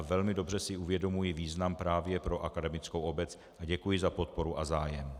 Velmi dobře si uvědomuji význam právě pro akademickou obec a děkuji za podporu a zájem.